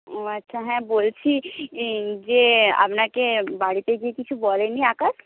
ও আচ্ছা হ্যাঁ বলছি যে আপনাকে বাড়িতে গিয়ে কিছু বলেনি আকাশ